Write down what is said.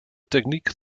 technique